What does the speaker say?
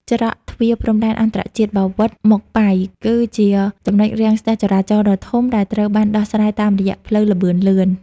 ច្រកទ្វារព្រំដែនអន្តរជាតិបាវិត-ម៉ុកបៃ គឺជាចំណុចរាំងស្ទះចរាចរណ៍ដ៏ធំបំផុតដែលត្រូវការការដោះស្រាយតាមរយៈផ្លូវល្បឿនលឿន។